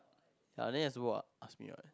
yeah then it's ask me what